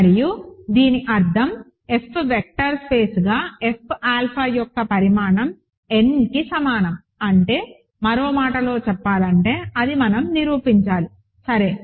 మరియు దీని అర్థం F వెక్టర్ స్పేస్గా F ఆల్ఫా యొక్క పరిమాణం n కి సమానం అంటే మరో మాటలో చెప్పాలంటే అది మనం నిరూపించాలి సరే